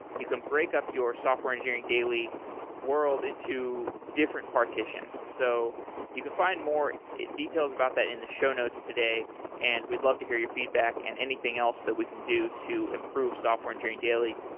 you can break up your software engineering daily world into different partitions. so you can find more details about that in the show notes today and we'd love to hear your feedback and anything else that we can do to improve software engineering daily.